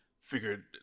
figured